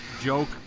joke